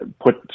put